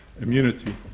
immunity